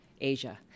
asia